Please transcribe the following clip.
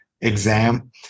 exam